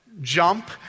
jump